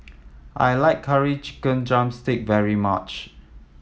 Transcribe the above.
I like Curry Chicken drumstick very much